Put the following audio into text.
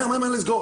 מהר מהר לסגור.